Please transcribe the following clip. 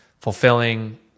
fulfilling